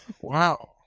Wow